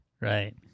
Right